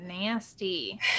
nasty